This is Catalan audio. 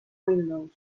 windows